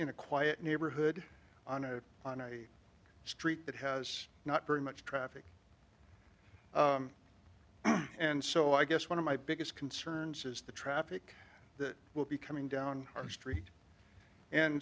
in a quiet neighborhood on a street that has not very much traffic and so i guess one of my biggest concerns is the traffic that will be coming down our street and